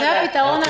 זה הפתרון עכשיו?